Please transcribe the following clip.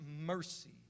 mercy